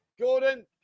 Gordon